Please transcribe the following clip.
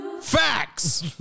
Facts